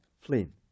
Flynn